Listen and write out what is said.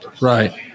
Right